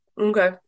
Okay